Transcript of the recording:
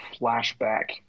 flashback